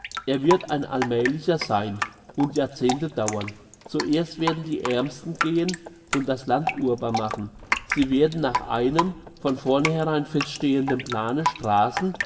es wird ein allmäliger sein und jahrzehnte dauern zuerst werden die aermsten gehen und das land urbar machen sie werden nach einem von vornherein feststehenden plane